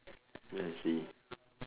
I see